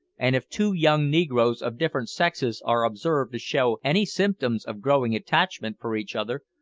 and, if two young negroes of different sexes are observed to show any symptoms of growing attachment for each other,